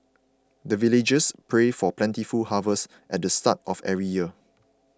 the villagers pray for plentiful harvest at the start of every year